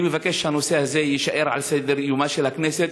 אני מבקש שהנושא הזה יישאר על סדר-יומה של הכנסת,